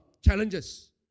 challenges